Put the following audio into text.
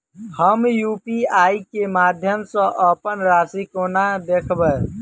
हम यु.पी.आई केँ माध्यम सँ अप्पन राशि कोना देखबै?